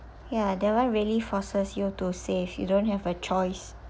ya that one really forces you to save you don't have a choice